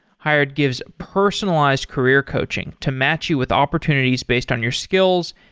hired gives personalized career coaching to match you with opportunities based on your skills,